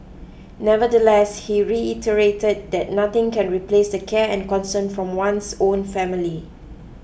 nevertheless he reiterated that nothing can replace the care and concern from one's own family